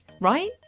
right